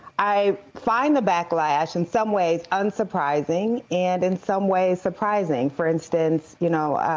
i find the backlash in some ways unsurprising and in some ways surprising. for instance, you know,